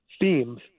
themes